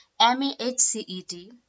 MAHCET